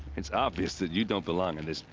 it's obvious that you don't belong on this.